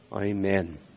Amen